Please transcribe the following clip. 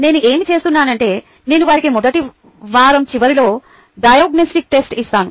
నేను ఏమి చేస్తున్నానంటే నేను వారికి మొదటి వారం చివరిలో డయాగ్నొస్టిక్ టెస్ట్ ఇస్తాను